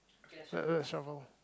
let let's shuffle